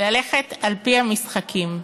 ללכת על פי המשחקים.